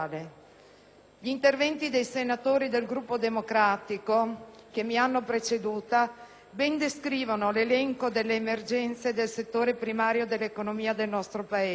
Gli interventi dei senatori del Gruppo del Partito Democratico che mi hanno preceduto ben descrivono l'elenco delle emergenze del settore primario dell'economia del nostro Paese,